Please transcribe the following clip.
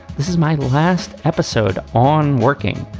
this is my last episode on working.